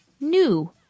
new